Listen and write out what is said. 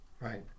right